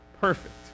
perfect